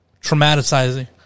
traumatizing